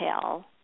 tell